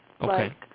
Okay